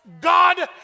God